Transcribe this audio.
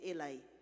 Eli